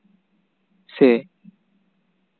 ᱥᱮ